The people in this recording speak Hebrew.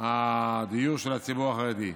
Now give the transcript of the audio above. הדיור של הציבור החרדי.